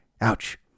Ouch